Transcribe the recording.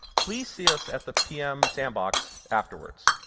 please see us at the pm sandbox afterwards.